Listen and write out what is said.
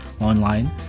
online